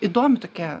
įdomi tokia